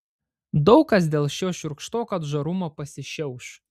daug kas dėl šio šiurkštoko atžarumo pasišiauš